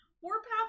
Warpath